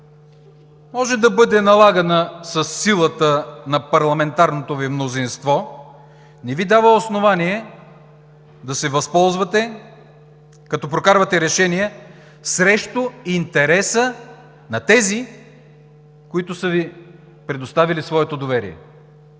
може да бъде налагана със силата на парламентарното Ви мнозинство, не Ви дава основание да се възползвате, като прокарвате решения срещу интереса на тези, които са Ви предоставили своето доверие.